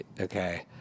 okay